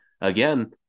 again